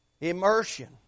Immersion